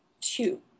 two